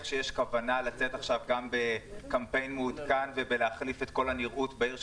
שיש כוונה לצאת עכשיו גם בקמפיין מעודכן ולהחליף את כל הנראות בעיר,